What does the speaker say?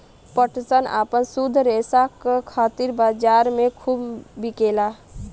पटसन आपन शुद्ध रेसा क खातिर बजार में खूब बिकेला